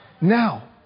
Now